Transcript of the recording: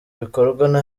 bikorwa